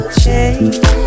change